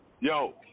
Yo